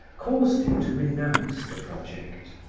caused him to renounce the project.